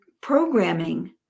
programming